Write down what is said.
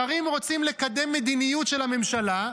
שרים רוצים לקדם מדיניות של הממשלה,